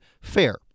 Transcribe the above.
fair